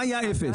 מה היה אפס?